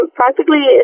practically